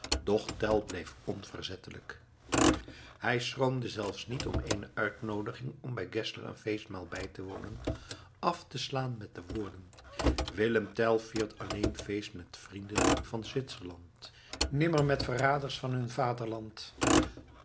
doch tell bleef onverzettelijk hij schroomde zelfs niet om eene uitnoodiging om bij geszler een feestmaal bij te wonen af te slaan met de woorden willem tell viert alleen feest met vrienden van zwitserland nimmer met verraders van hun vaderland